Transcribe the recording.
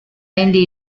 indie